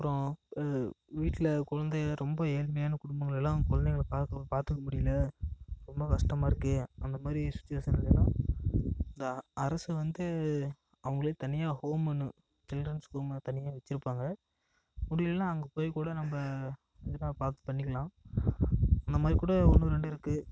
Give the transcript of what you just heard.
அப்றம் வீட்டில் குழந்த ரொம்ப ஏழ்மையான குடும்பங்களெல்லாம் குழந்தைங்கள பார்க்க பார்த்துக்க முடியல ரொம்ப கஷ்டமாகருக்கு அந்தமாதிரி சுச்சிவேஷன்லேயெல்லாம் இந்த அரசு வந்து அவங்களே தனியாக ஹோமுன்னு சில்ட்ரன்ஸ் ஹோமுன்னு தனியாக வச்சிருப்பாங்க முடியலன்னா அங்கே போய் கூட நம்ம எதா பார்த்து பண்ணிக்கலாம் அந்தமாதிரி கூட ஒன்று ரெண்டு இருக்குது